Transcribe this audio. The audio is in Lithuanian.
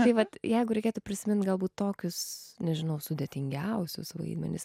tai vat jeigu reikėtų prisimint galbūt tokius nežinau sudėtingiausius vaidmenis